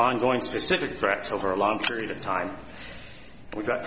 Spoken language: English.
ongoing specific threats over a long period of time we've got